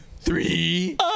three